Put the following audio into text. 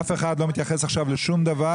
אף אחד לא מתייחס עכשיו לשום דבר,